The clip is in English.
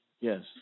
Yes